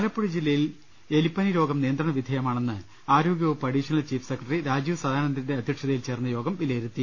ആലപ്പുഴ ജില്ലയിൽ എലിപ്പനി രോഗം നിയന്ത്രണ വിധേയമാണെന്ന് ആരോഗ്യവകൂപ്പ് അഡീഷണൽ ചീഫ് സെക്രട്ടറി രാജീവ് സദാനന്ദന്റെ അധ്യക്ഷ തയിൽ ചേർന്ന യോഗം വിലയിരുത്തി